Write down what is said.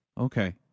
Okay